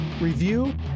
review